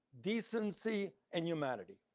decency and humanity.